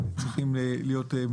המחיר של המים השפירים צריך להיות מופחת,